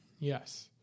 Yes